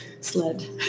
sled